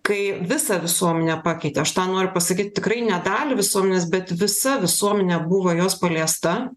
kai visą visuomenę pakeitė aš tą noriu pasakyt tikrai ne dalį visuomenės bet visa visuomenė buvo jos paliesta